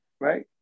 right